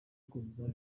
kuzuza